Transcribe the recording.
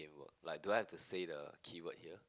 like do I have to say the keyword here